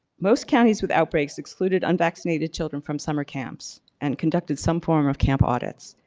most counties with outbreaks excluded unvaccinated children from summer camps and conducted some form of camp audits.